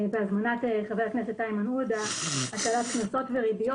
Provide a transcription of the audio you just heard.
בהזמנת חבר הכנסת איימן עודה - הטלת קנסות וריביות.